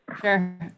Sure